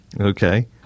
Okay